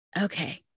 okay